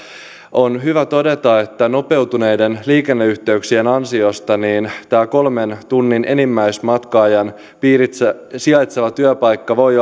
on hyvä todeta että nopeutuneiden liikenneyhteyksien ansiosta tämä kolmen tunnin enimmäismatka ajan piirissä sijaitseva työpaikka voi